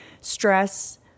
stress